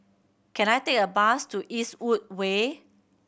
can I take a bus to Eastwood Way